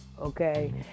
okay